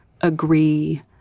agree